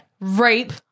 Rape